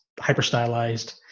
hyper-stylized